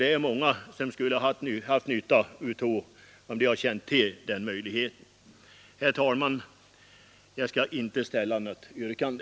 Det är många som skulle ha haft nytta av att känna till denna möjlighet. Herr talman! Jag skall inte ställa något yrkande.